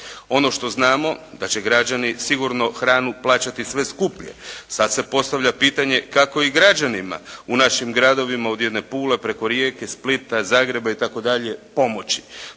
Ono što znamo da će građani sigurno hranu plaćati sve skuplje. Sad se postavlja pitanje kako i građanima u našim gradovima od jedne Pule, preko Rijeke, Splita, Zagreba itd. pomoći.